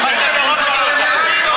חבר הכנסת כהן,